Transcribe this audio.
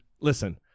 listen